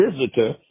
visitor